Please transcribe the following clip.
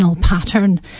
pattern